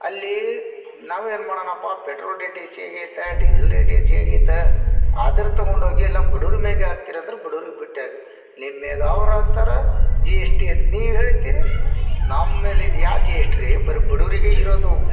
ಅಲ್ಲಿ ನಾವು ಏನು ಮಾಡೋಣಪ್ಪ ಪೆಟ್ರೋಲ್ ರೇಟ್ ಹೆಚ್ಚೆಗೈತೆ ಡೀಸಲ್ ರೆಟ್ ಹೆಚ್ಚೆಗೈತೆ ಆದರು ತಗೊಂಡೋಗಿ ಎಲ್ಲ ಬಡೂರಮೇಲೆ ಹಾಕ್ತಿರಂದ್ರೆ ಬಡೂರಿಗ್ ಬಿಟ್ಟಾಗ್ ನಿಮ್ಮೇಗ ಅವ್ರು ಹಾಕ್ತಾರ ಜಿ ಎಸ್ ಟಿ ಅಂತ ನೀವು ಹೇಳ್ತಿರಿ ನಮ್ಮಮೇಲೆ ಇದ್ಯಾವ ಜಿ ಎಸ್ ಟಿ ರೀ ಬರಿ ಬಡೂರಿಗೆ ಇರೋದು